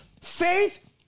Faith